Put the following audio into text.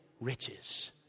riches